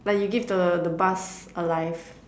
like you give the the bus a life